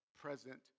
present